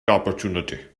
opportunity